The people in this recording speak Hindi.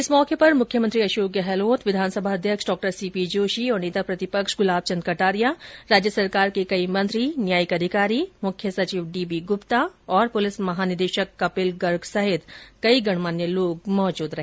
इस मौके पर मुख्यमंत्री अशोक गहलोत विधानसभा अध्यक्ष डॉ सीपी जोशी और नेता प्रतिपक्ष गुलाबचन्द कटारिया राज्य सरकार के कई मंत्री न्यायिक अधिकारी मुख्य सचिव डीबी गुप्ता और पुलिस महानिदेशक कपिल गर्ग सहित कई लोग मौजूद रहे